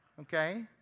Okay